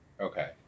Okay